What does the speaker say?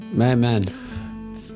Amen